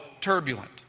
turbulent